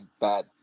bad